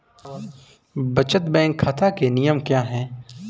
बचत बैंक खाता के नियम क्या हैं?